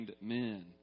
men